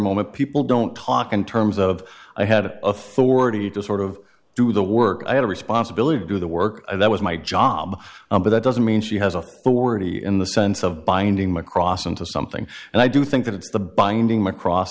moment people don't talk in terms of i had a forty two sort of do the work i had a responsibility to do the work that was my job but that doesn't mean she has authority in the sense of binding macross into something and i do think that it's the binding macross